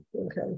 Okay